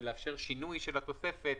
ולאפשר שינוי של התוספת